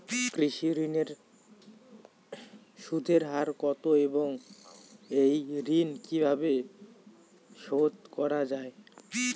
কৃষি ঋণের সুদের হার কত এবং এই ঋণ কীভাবে শোধ করা য়ায়?